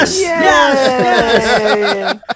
Yes